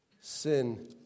sin